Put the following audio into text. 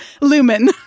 Lumen